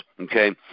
Okay